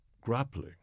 grappling